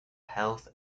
health